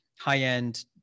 high-end